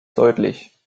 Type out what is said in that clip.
deutlich